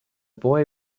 boy